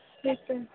तेच ते